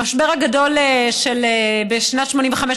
המשבר הגדול בשנת 1985,